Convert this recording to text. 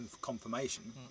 confirmation